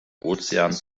ozean